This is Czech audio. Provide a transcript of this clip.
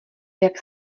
jak